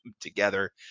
together